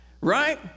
right